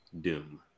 Doom